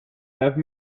have